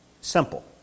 Simple